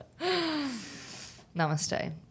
Namaste